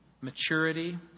maturity